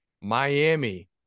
Miami